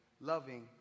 loving